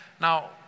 Now